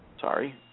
sorry